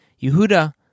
Yehuda